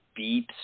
beeps